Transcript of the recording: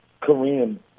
Korean